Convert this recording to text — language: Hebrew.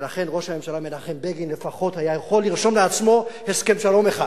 ולכן ראש הממשלה מנחם בגין לפחות היה יכול לרשום לעצמו הסכם שלום אחד